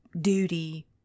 duty